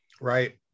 Right